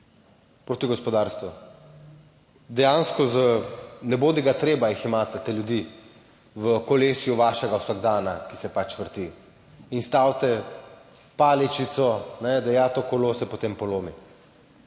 proti gospodarstvu. Dejansko za nebodigatreba jih imate, te ljudi v kolesju vašega vsakdana, ki se pač vrti in stavite paličico, da ja to kolo se potem polomi